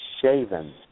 shaven